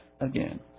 again